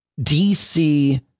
DC